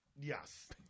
Yes